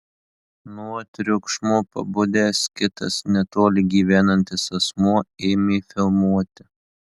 nuo triukšmo pabudęs kitas netoli gyvenantis asmuo ėmė filmuoti